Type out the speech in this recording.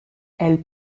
elle